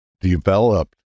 developed